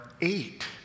eight